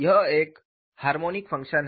यह एक harmonic function है